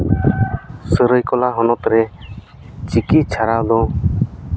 ᱥᱟᱹᱨᱟᱹᱭᱠᱮᱞᱞᱟ ᱦᱚᱱᱚᱛ ᱨᱮ ᱪᱤᱠᱤ ᱪᱷᱟᱨᱟᱣ ᱫᱚ